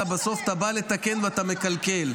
אתה בסוף בא לתקן ואתה מקלקל,